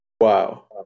Wow